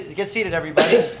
get seated everybody.